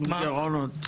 עם גירעונות.